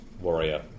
warrior